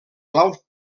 blau